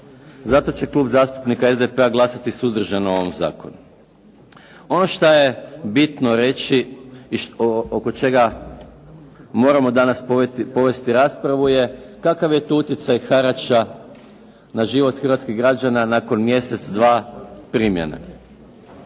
Zato će Klub zastupnika SDP-a glasati suzdržano o ovom zakonu. Ono što je bitno reći i oko čega moramo danas povesti raspravu je kakav je to utjecaj harača na život hrvatskih građana nakon mjesec, dva primjene.